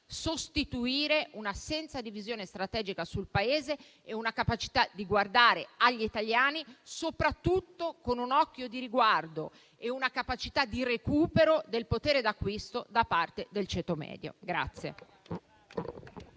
sostituire un'assenza di visione strategica sul Paese e una capacità di guardare agli italiani soprattutto con un occhio di riguardo e una capacità di recupero del potere d'acquisto da parte del ceto medio.